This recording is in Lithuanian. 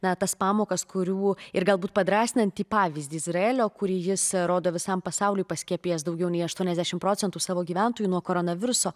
na tas pamokas kurių ir galbūt padrąsinantį pavyzdį izraelio kurį jis rodo visam pasauliui paskiepijęs daugiau nei aštuoniasdešimt procentų savo gyventojų nuo koronaviruso